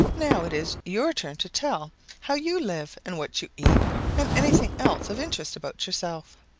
now it is your turn to tell how you live and what you eat and anything else of interest about yourself.